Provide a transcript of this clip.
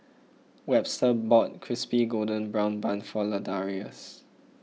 Webster bought Crispy Golden Brown Bun for Ladarius